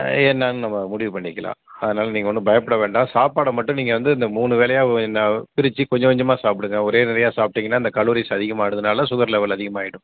ஆ என்னான்னு நம்ம முடிவு பண்ணிக்கலாம் அதனால் நீங்கள் ஒன்றும் பயப்பட வேண்டாம் சாப்பாடை மட்டும் நீங்கள் வந்து இந்த மூணு வேளையாக இந்த பிரித்து கொஞ்சம் கொஞ்சமாக சாப்பிடுங்க ஒரே நிறையா சாப்பிட்டீங்கன்னா இந்த கலோரிஸ் அதிகமாயிடதுனால சுகர் லெவல் அதிகமாகிடும்